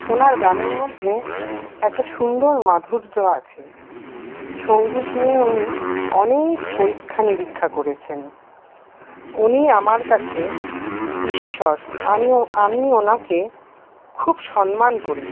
ওনার গানের মধ্যে একটা সুন্দর মাধুর্য আছে সঙ্গীত নিয়ে উনি অনেক পরীক্ষা নিরীক্ষা করেছেন উনি আমার কাছে ঈশ্বর আনি আমি ওনাকে খুব সন্মান করি